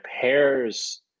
pairs